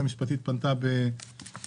בעקבות כך היועצת המשפטית פנתה לשאילתה